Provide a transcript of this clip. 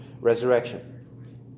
resurrection